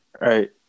right